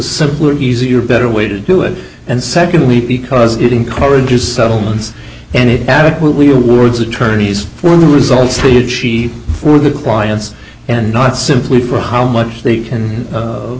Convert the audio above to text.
simpler easier better way to do it and secondly because it encourages settlements and it adequately rewards attorneys for the results to it she for the clients and not simply for how much they can